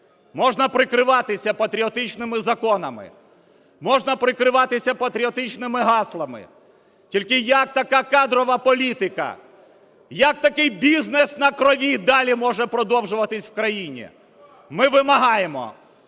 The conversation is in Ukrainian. Можна прикриватися патріотичними законами, можна прикриватися патріотичними гаслами тільки, як така кадрова політика, як такий бізнес на крові далі може продовжуватись в країні? Ми вимагаємо